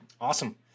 Awesome